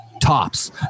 tops